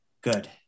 Good